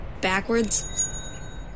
backwards